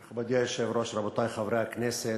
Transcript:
היושב-ראש, רבותי חברי הכנסת,